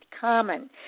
common